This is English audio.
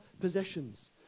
possessions